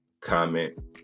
comment